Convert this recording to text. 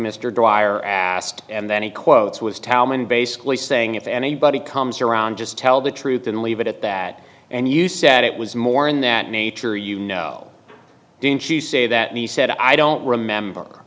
mr dreier asked and then he quotes was talman basically saying if anybody comes around just tell the truth and leave it at that and you said it was more in that nature you know didn't you say that me said i don't remember